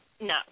no